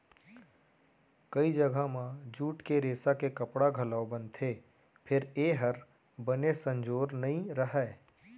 कइ जघा म जूट के रेसा के कपड़ा घलौ बनथे फेर ए हर बने संजोर नइ रहय